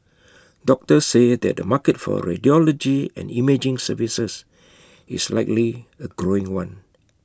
doctors say that the market for radiology and imaging services is likely A growing one